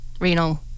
renal